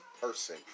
person